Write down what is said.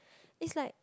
it's like